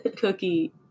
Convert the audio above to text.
cookie